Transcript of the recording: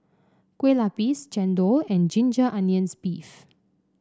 Kueh Lapis Chendol and Ginger Onions beef